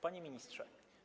Panie Ministrze!